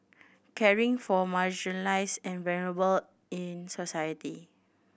caring for marginalised and vulnerable in society